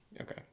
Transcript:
Okay